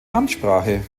amtssprache